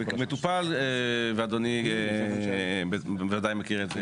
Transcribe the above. המטופל, ואדוני ודאי מכיר את זה.